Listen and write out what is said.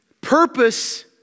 Purpose